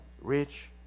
rich